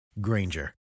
Granger